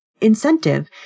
incentive